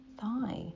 thigh